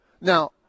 Now